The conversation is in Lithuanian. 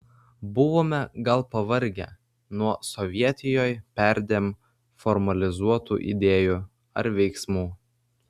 buvome gal pavargę nuo sovietijoj perdėm formalizuotų idėjų ar veiksmų